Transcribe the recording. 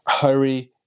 hurry